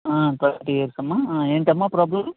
thirty years అమ్మా ఏంటి అమ్మా ప్రాబ్లెమ్